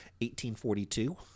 1842